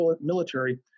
military